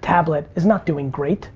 tablet is not doing great.